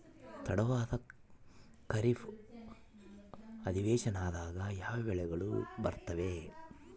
ತಡವಾದ ಖಾರೇಫ್ ಅಧಿವೇಶನದಾಗ ಯಾವ ಬೆಳೆಗಳು ಬರ್ತಾವೆ?